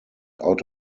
out